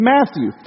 Matthew